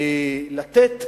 לתת פתרון,